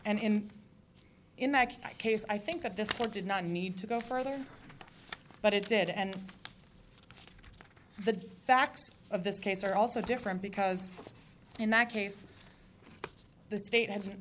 and in in that case i think that this court did not need to go further but it did and the facts of this case are also different because in that case the state and